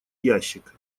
ящик